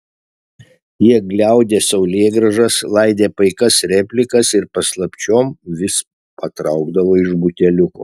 jie gliaudė saulėgrąžas laidė paikas replikas ir paslapčiom vis patraukdavo iš buteliuko